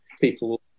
People